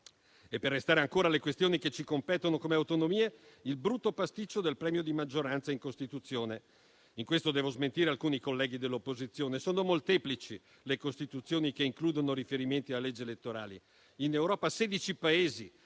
Per restare ancora alle questioni che ci competono come Autonomie, vengo al brutto pasticcio del premio di maggioranza in Costituzione. In questo devo smentire alcuni colleghi dell'opposizione: sono molteplici le Costituzioni che includono riferimenti alla legge elettorale. In Europa, 16 Paesi